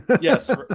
Yes